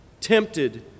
tempted